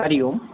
हरिः ओम्